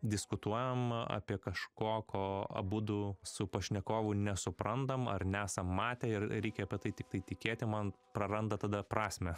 diskutuojam apie kažko ko abudu su pašnekovu nesuprantam ar nesam matę ir reikia apie tai tiktai tikėti man praranda tada prasmę